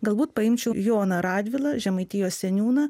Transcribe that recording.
galbūt paimčiau joną radvilą žemaitijos seniūną